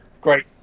Great